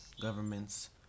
governments